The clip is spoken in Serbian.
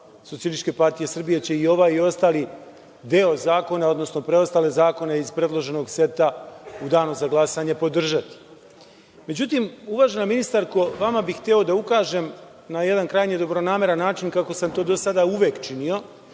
poslanička grupa SPS će i ovaj i ostali deo zakona, odnosno preostale zakone iz predloženog seta u danu za glasanje podržati.Međutim, uvažena ministarko, vama bih hteo da ukažem na jedan krajnje dobronameran način, kako sam to do sada uvek činio